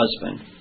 husband